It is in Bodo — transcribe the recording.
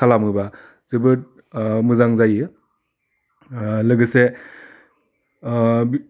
खालामोबा जोबोद मोजां जायो लोगोसे